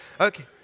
Okay